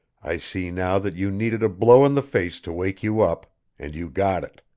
i see now that you needed a blow in the face to wake you up and you got it.